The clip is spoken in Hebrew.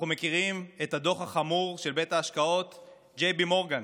אנחנו מכירים את הדוח החמור של בית ההשקעות J.P. Morgan.